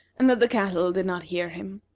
and that the cattle did not hear him.